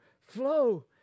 flow